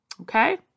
Okay